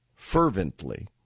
fervently